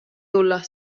tulla